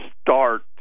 start